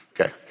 Okay